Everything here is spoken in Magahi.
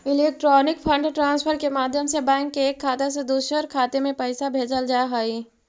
इलेक्ट्रॉनिक फंड ट्रांसफर के माध्यम से बैंक के एक खाता से दूसर खाते में पैइसा भेजल जा हइ